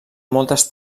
moltes